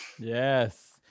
Yes